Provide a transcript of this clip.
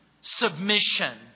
submission